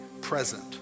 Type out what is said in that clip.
present